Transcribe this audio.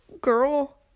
girl